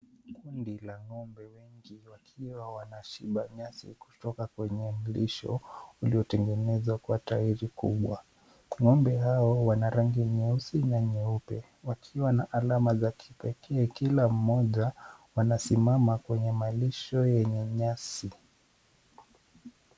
Kundi la ng'ombe wengi wakiwa wanashiba nyasi kutoka kwenye mlisho uliotengenezwa kwa tairi kubwa. Ng'ombe hao wana rangi nyeusi na nyeupe, wakiwa na alama za kipekee kila mmoja. Wanasimama kwenye malisho yenye nyasi.